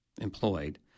employed